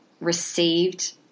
received